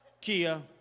Kia